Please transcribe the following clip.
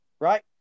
Right